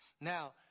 Now